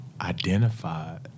identified